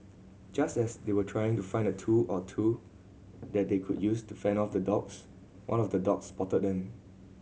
just as they were trying to find a tool or two that they could use to fend off the dogs one of the dogs spotted them